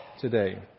today